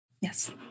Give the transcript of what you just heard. Yes